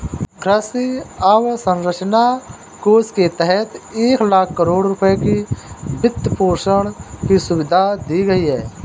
कृषि अवसंरचना कोष के तहत एक लाख करोड़ रुपए की वित्तपोषण की सुविधा दी गई है